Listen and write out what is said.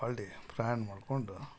ಹೊಲ್ದು ಪ್ರಯಾಣ ಮಡಿಕೊಂಡು